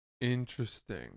interesting